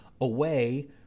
away